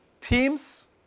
teams